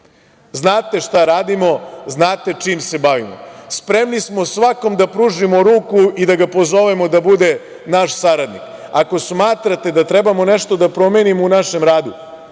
Znate šta radimo, znate čim se bavimo. Spremni smo svakom da pružimo ruku i da ga pozovemo da bude naš saradnik. Ako smatrate da trebamo nešto da promenimo u našem radu,